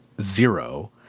zero